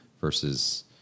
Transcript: versus